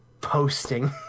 Posting